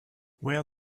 where